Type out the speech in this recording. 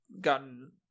gotten